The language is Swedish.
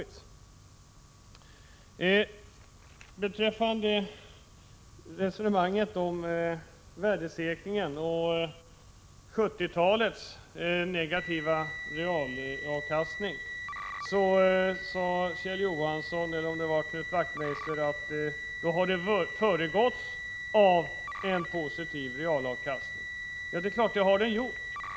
Vad beträffar resonemanget om värdesäkringen och 70-talets negativa realavkastning sade Kjell Johansson att det negativa utfallet på 70-talet hade föregåtts av en tidigare positiv realavkastning. Det är klart att så varit fallet.